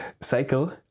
cycle